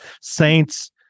Saints